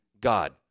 God